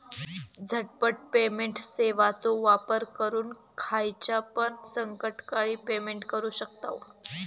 झटपट पेमेंट सेवाचो वापर करून खायच्यापण संकटकाळी पेमेंट करू शकतांव